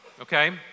okay